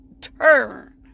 turn